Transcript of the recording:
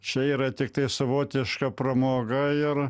čia yra tiktai savotiška pramoga ir